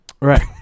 Right